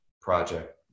project